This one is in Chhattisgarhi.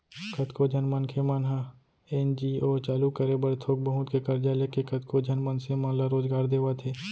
कतको झन मनखे मन ह एन.जी.ओ चालू करे बर थोक बहुत के करजा लेके कतको झन मनसे मन ल रोजगार देवत हे